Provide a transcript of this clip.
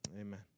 amen